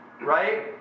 right